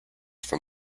from